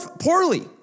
poorly